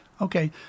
Okay